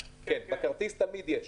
כן, בכרטיס התלמיד יש.